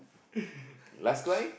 last cry